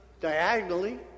diagonally